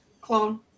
Clone